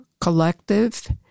collective